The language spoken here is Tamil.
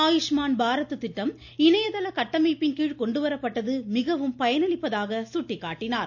ஆயுஷ்மான் பாரத் திட்டம் இணையதள கட்டமைப்பின் கீழ் கொண்டுவரப்பட்டது மிகவும் பயனளிப்பதாக சுட்டிக்காட்டினார்